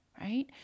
right